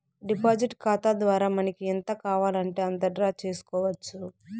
deposit ఖాతా ద్వారా మనకి ఎంత కావాలంటే అంత డ్రా చేసుకోవచ్చు